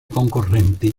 concorrenti